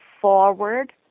forward